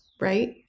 right